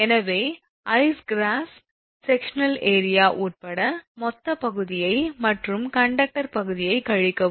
எனவே ஐஸ் cross sectional area உட்பட மொத்தப் பகுதியை மற்றும் கண்டக்டர் பகுதியை கழிக்கவும்